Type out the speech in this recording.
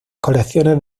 colecciones